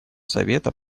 совета